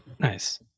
Nice